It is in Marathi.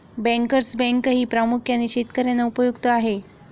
बँकर्स बँकही प्रामुख्याने शेतकर्यांना उपयुक्त आहे